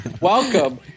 Welcome